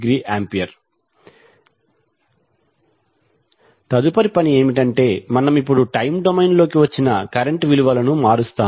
4°A తదుపరి పని ఏమిటంటే మనం ఇప్పుడు టైమ్ డొమైన్లోకి వచ్చిన కరెంట్ విలువలను మారుస్తాము